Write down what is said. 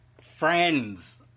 friends